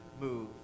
move